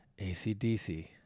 ACDC